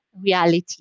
reality